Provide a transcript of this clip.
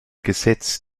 gesetz